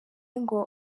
ngo